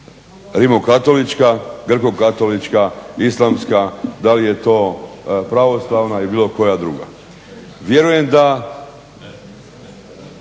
Rimokatolička, Grkokatolička, Islamska, da li je to Pravoslavna ili bilo koja druga. Vjerujem da,